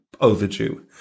overdue